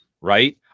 right